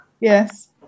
Yes